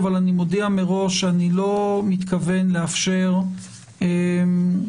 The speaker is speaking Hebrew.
אבל אני מודיע מראש שלא מתכוון לאפשר מעבר